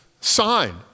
sign